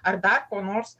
ar dar ko nors